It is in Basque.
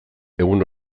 egun